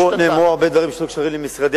נאמרו הרבה דברים שלא קשורים למשרדי,